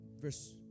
verse